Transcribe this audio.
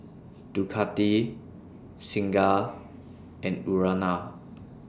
Ducati Singha and Urana